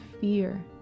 fear